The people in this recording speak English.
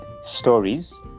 stories